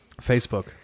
Facebook